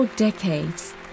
Decades